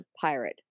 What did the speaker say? pirate